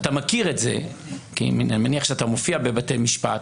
ואתה מכיר את זה כי אני מניח שאתה מופיע בבתי משפט,